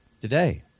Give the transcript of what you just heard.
today